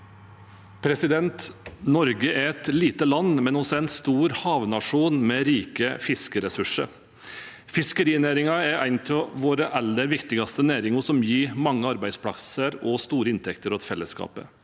Norge er et lite land, men vi er en stor havnasjon med rike fiskeressurser. Fiskerinæringen er en av våre aller viktigste næringer som gir mange arbeidsplasser og store inntekter til fellesskapet.